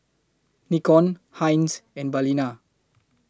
Nikon Heinz and Balina